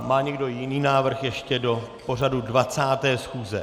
Má někdo jiný návrh ještě do pořadu 20. schůze?